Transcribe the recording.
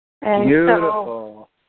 Beautiful